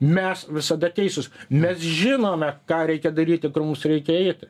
mes visada teisūs mes žinome ką reikia daryti kur mums reikia eiti